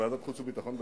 ועדת החוץ והביטחון,